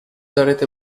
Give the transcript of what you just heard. rete